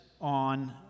on